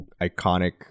iconic